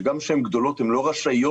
שגם שהן גדולות הן לא רשעות,